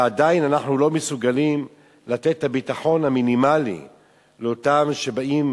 ועדיין אנחנו לא מסוגלים לתת את הביטחון המינימלי לאותם אנשים שבאים